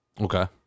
Okay